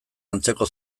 antzeko